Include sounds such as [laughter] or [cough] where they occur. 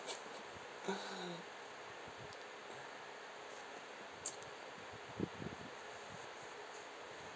[laughs]